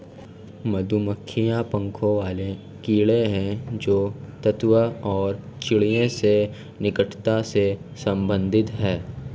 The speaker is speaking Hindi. मधुमक्खियां पंखों वाले कीड़े हैं जो ततैया और चींटियों से निकटता से संबंधित हैं